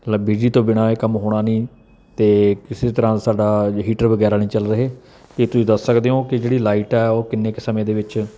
ਲੈ ਬਿਜਲੀ ਤੋਂ ਬਿਨ੍ਹਾਂ ਇਹ ਕੰਮ ਹੋਣਾ ਨਹੀਂ ਅਤੇ ਕਿਸੇ ਤਰ੍ਹਾਂ ਦਾ ਸਾਡਾ ਹੀਟਰ ਵਗੈਰਾ ਨਹੀਂ ਚੱਲ ਰਹੇ ਕੀ ਤੁਸੀਂ ਦੱਸ ਸਕਦੇ ਹੋ ਕਕਿ ਜਿਹੜੀ ਲਾਈਟ ਹੈ ਉਹ ਕਿੰਨੇ ਕੁ ਸਮੇਂ ਦੇ ਵਿੱਚ